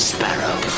Sparrow